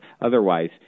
otherwise